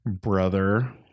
brother